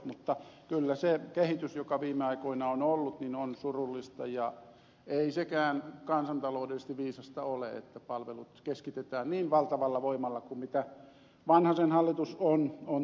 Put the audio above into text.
mutta kyllä se kehitys joka viime aikoina on ollut on surullista ja ei sekään kansantaloudellisesti viisasta ole että palvelut keskitetään niin valtavalla voimalla kuin mitä vanhasen hallitus on tehnyt